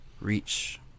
reach